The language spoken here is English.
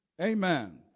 Amen